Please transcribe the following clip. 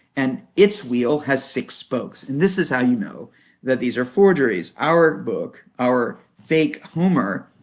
and its wheel has six spokes. and this is how you know that these are forgeries. our book, our fake homer,